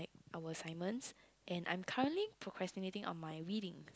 our assignments and I'm currently procrastinating on my reading